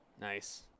Nice